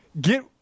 get